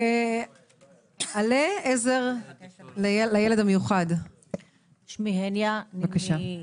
עלה עזר לילד המיוחד, בבקשה.